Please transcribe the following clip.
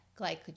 glycogen